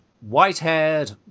white-haired